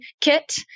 kit